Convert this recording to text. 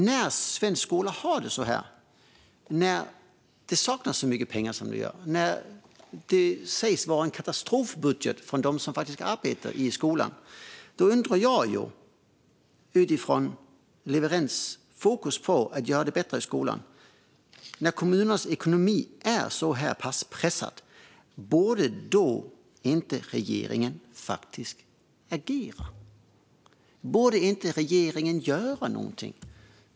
När svensk skola har det så här, när kommunernas ekonomi är pressad och det saknas pengar och när de som arbetar i skolan säger att detta är en katastrofbudget, borde inte regeringen agera då? Borde regeringen inte göra något?